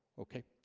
okay,